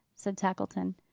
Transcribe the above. said tackleton.